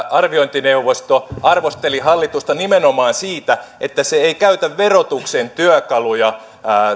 arviointineuvosto arvosteli hallitusta nimenomaan siitä että se ei käytä verotuksen työkaluja